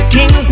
King